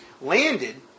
landed